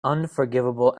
unforgivable